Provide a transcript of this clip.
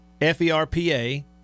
F-E-R-P-A